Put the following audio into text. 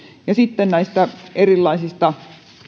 ja sitten näistä erilaisista